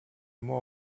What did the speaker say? more